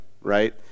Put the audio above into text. right